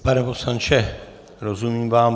Pane poslanče, rozumím vám.